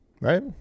right